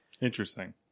Interesting